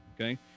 okay